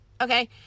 okay